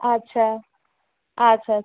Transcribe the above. আচ্ছা আচ্ছা আচ্ছা